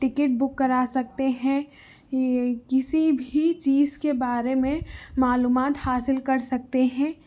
ticket book كرا سكتے ہيں یہ كسى بھی چیز کے بارے میں معلومات حاصل کرسکتے ہیں